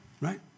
right